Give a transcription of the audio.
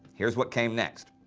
here's what came next.